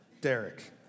Derek